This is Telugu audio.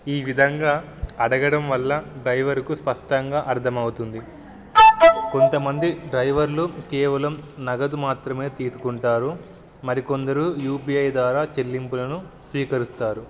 ఈ విధంగా అడగడం వల్ల డ్రైవర్కు స్పష్టంగా అర్థమవుతుంది కొంతమంది డ్రైవర్లు కేవలం నగదు మాత్రమే తీసుకుంటారు మరికొందరు యూ పీ ఐ ద్వారా చెల్లింపులను స్వీకరిస్తారు